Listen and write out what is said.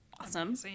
awesome